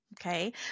Okay